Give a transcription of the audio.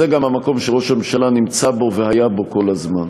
זה גם המקום שראש הממשלה נמצא בו והיה בו כל הזמן.